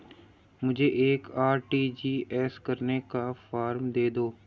मुझे एक आर.टी.जी.एस करने का फारम दे दो?